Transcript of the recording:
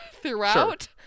throughout